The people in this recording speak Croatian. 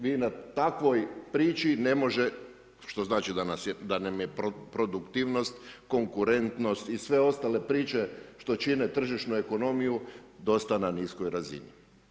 Vi na takvoj priči, ne može što znači, da nam je produktivnost, konkurentnost i sve ostale priče, što čine tržišnu ekonomiju, dosta na niskoj razini.